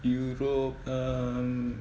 europe um